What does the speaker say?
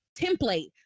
template